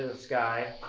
ah sky.